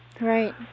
Right